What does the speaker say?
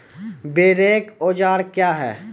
बोरेक औजार क्या हैं?